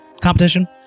competition